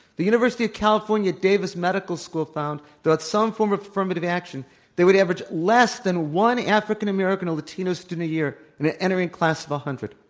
the university of california davis medical school found that without some form of affirmative action they would average less than one african american or latino student a year entering class of a hundred.